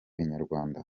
inyarwanda